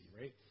right